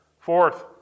Fourth